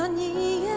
and the